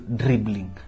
dribbling